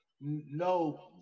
no